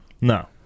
No